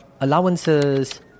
allowances